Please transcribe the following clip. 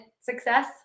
success